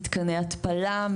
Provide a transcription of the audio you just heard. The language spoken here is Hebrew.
מתקני התפלה,